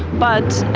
but